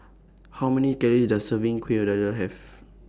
How Many Calories Does A Serving Kueh Dadar Have